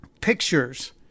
pictures